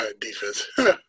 Defense